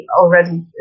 already